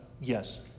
yes